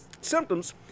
symptoms